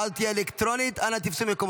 ההצבעה הזאת תהיה אלקטרונית, אנא תפסו מקומותיכם.